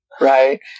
right